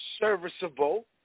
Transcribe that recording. serviceable